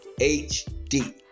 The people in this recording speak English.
HD